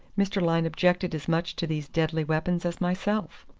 mr. lyne objected as much to these deadly weapons as myself.